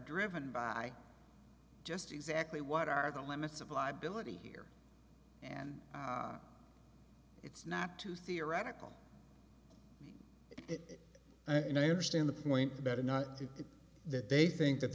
driven by just exactly what are the limits of my billet here and it's not too theoretical it and i understand the point better not that they think that